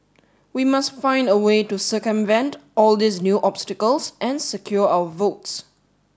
we must find a way to circumvent all these new obstacles and secure our votes